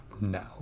now